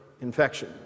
infection